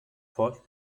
port